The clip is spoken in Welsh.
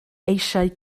eisiau